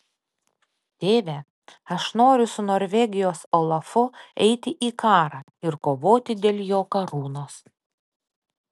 tėve aš noriu su norvegijos olafu eiti į karą ir kovoti dėl jo karūnos